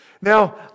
Now